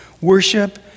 worship